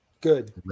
good